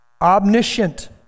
omniscient